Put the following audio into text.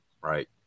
right